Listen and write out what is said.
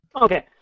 Okay